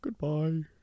Goodbye